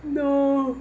no